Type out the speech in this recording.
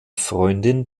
freundin